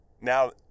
now